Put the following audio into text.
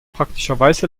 praktischerweise